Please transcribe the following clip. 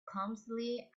clumsily